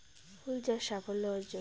ফুল চাষ সাফল্য অর্জন?